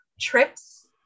trips